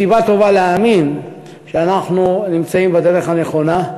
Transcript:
סיבה טובה להאמין שאנחנו נמצאים בדרך הנכונה.